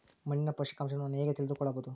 ಮಣ್ಣಿನ ಪೋಷಕಾಂಶವನ್ನು ನಾನು ಹೇಗೆ ತಿಳಿದುಕೊಳ್ಳಬಹುದು?